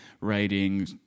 writing